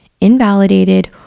invalidated